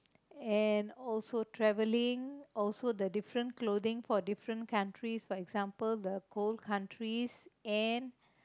and also traveling also the different clothing for different country for example the cold countries and